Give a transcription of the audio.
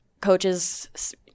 coaches